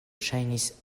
ŝajnis